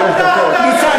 אתה גם צריך,